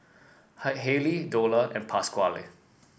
hi Haley Dola and Pasquale